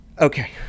okay